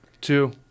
two